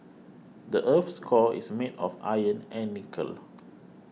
the earth's core is made of iron and nickel